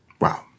Wow